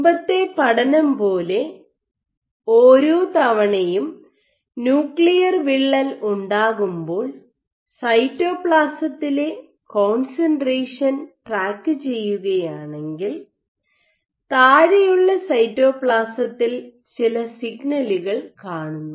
മുമ്പത്തെ പഠനം പോലെ ഓരോ തവണയും ന്യൂക്ലിയർ വിള്ളൽ ഉണ്ടാകുമ്പോൾ സൈറ്റോപ്ലാസത്തിലെ കോൺസെൻട്രേഷൻ ട്രാക്കുചെയ്യുകയാണെങ്കിൽ താഴെയുള്ള സൈറ്റോപ്ലാസത്തിൽ ചില സിഗ്നലുകൾ കാണുന്നു